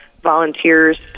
volunteers